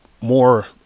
more